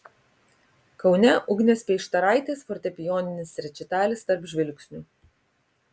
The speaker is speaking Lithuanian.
kaune ugnės peištaraitės fortepijoninis rečitalis tarp žvilgsnių